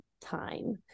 time